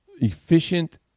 efficient